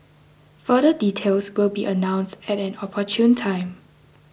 further details will be announced at an opportune time